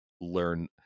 learn